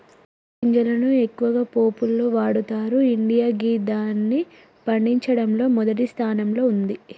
ఆవ గింజలను ఎక్కువగా పోపులో వాడతరు ఇండియా గిదాన్ని పండించడంలో మొదటి స్థానంలో ఉంది